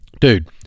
Dude